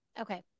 Okay